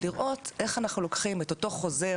לראות איך אנחנו לוקחים את אותו חוזר,